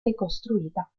ricostruita